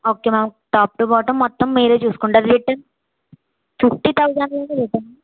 okay ma'am top to bottom మొత్తం మీరే చూస్కుంటారు రిటర్న్ ఫిఫ్టీ థౌజండ్కి రిటర్న్